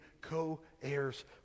co-heirs